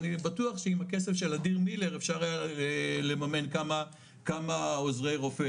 אני בטוח שעם הכסף של אדיר מילר אפשר היה לממן כמה עוזרי רופא